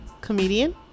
comedian